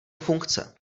funkce